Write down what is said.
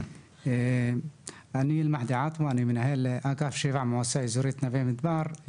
אני מנהל אגף שפ"ע במועצה האזורית נווה מדבר,